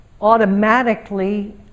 automatically